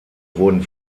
wurden